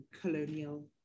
colonial